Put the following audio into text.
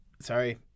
Sorry